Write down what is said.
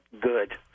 good